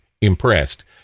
impressed